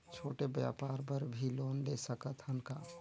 छोटे व्यापार बर भी लोन ले सकत हन का?